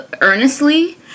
earnestly